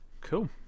Cool